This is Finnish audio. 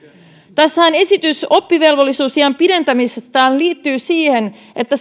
tässähän esitys oppivelvollisuusiän pidentymisestä liittyy siihen että